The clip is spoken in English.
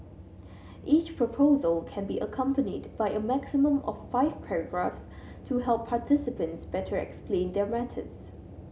each proposal can be accompanied by a maximum of five photographs to help participants better explain their methods